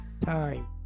time